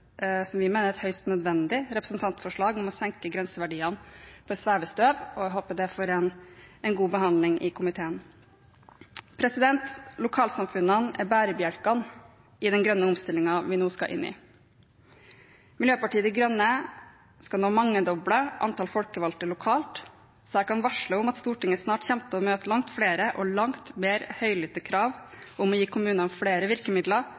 høyst nødvendig representantforslag om å senke grenseverdiene for svevestøv. Jeg håper det får en god behandling i komiteen. Lokalsamfunnene er bærebjelkene i den grønne omstillingen vi nå skal inn i. Miljøpartiet De Grønne skal nå mangedoble antallet folkevalgte lokalt, så jeg kan varsle om at Stortinget snart kommer til å møte langt flere og langt mer høylytte krav om å gi kommunene flere virkemidler